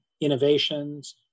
innovations